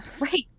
right